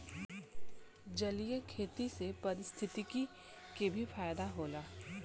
जलीय खेती से पारिस्थितिकी के भी फायदा होला